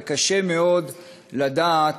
וקשה מאוד לדעת,